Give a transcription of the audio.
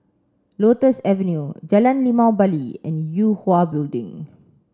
Lotus Avenue Jalan Limau Bali and Yue Hwa Building